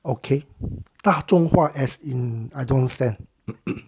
okay 大众化 as in I don't understand